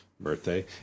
Birthday